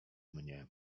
mnie